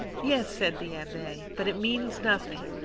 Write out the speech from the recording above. yes, said the abbe, but it means nothing,